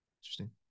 Interesting